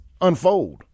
unfold